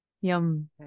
Yum